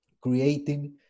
creating